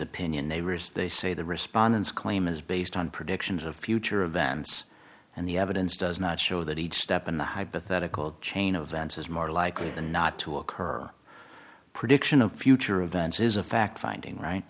opinion they risk they say the respondents claim is based on predictions of future events and the evidence does not show that each step in the hypothetical chain of events is more likely than not to occur prediction of future events is a fact finding right